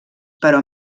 però